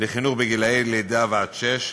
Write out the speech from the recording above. לחינוך בגילי לידה ועד שש,